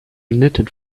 knitted